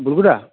বুলগু দা